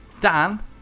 Dan